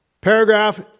Paragraph